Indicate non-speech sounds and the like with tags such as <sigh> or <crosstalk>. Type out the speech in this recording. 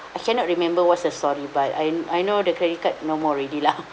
<breath> I cannot remember what's the story but I I know the credit card no more already lah <laughs>